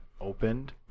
opened